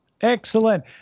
Excellent